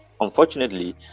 unfortunately